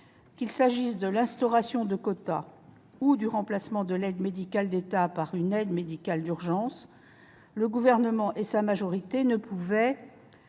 qu'il s'agisse de l'instauration de quotas ou du remplacement de l'aide médicale de l'État par une aide médicale d'urgence, le Gouvernement et sa majorité ne pouvaient